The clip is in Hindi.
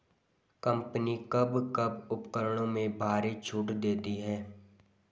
कंपनी कब कब उपकरणों में भारी छूट देती हैं?